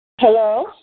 Hello